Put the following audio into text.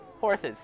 horses